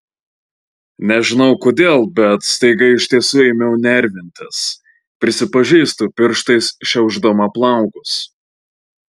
nežinau kodėl bet staiga iš tiesų ėmiau nervintis prisipažįstu pirštais šiaušdama plaukus